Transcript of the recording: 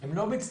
הם לא מצטברים.